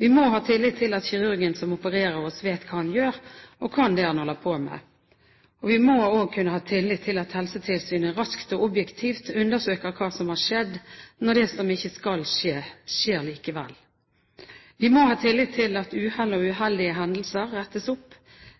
Vi må ha tillit til at kirurgen som opererer oss, vet hva han gjør, og kan det han holder på med. Vi må også kunne ha tillit til at Helsetilsynet raskt og objektivt undersøker hva som har skjedd når det som ikke skal skje, skjer likevel. Vi må ha tillit til at uhell og uheldige hendelser rettes opp,